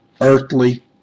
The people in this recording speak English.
earthly